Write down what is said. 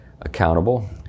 accountable